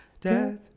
Death